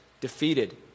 defeated